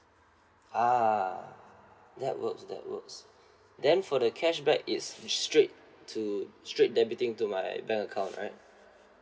ah that works that works then for the cashback it's straight to straight debiting to my bank account right